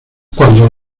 cuando